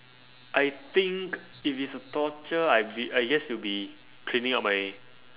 I think if it's a torture I be I guess will be cleaning up my